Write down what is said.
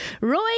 Roy